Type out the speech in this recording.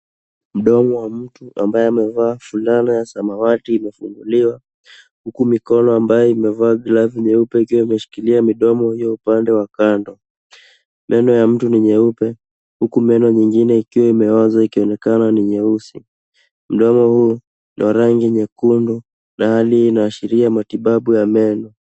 Mdomo wa mtu ambaye amevaa fulana ya samawati imefunguliwa huku mikono ambayo imevaa glovu nyeupe ikiwa imeshikilia mdomo ya upande wa kando, meno ya mtu ni nyeupe huku meno ngine ikiwa imeoza ikionekana ni nyeusi, mdomo huu wa rangi nyekundu na hali inaashiria matibabu ya meno.